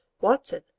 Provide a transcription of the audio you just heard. Watson